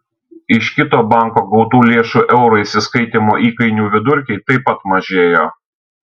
iš kito banko gautų lėšų eurais įskaitymo įkainių vidurkiai taip pat mažėjo